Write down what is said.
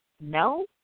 no